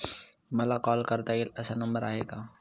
मला कॉल करता येईल असा नंबर आहे का?